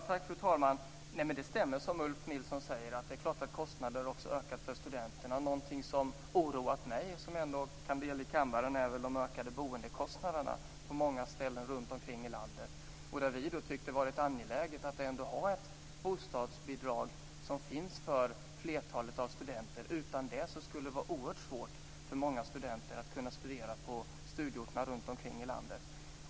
Fru talman! Det stämmer som Ulf Nilsson säger. Det är klart att kostnaderna ökat också för studenterna. Någonting som oroat mig, och som jag kan delge kammaren, är de ökade boendekostnaderna på många ställen i landet. Vi har tyckt att det varit angeläget att ha ett bostadsbidrag som finns tillgängligt för flertalet studenter. Utan det skulle det vara oerhört svårt för många studenter att kunna studera på studieorterna runtomkring i landet.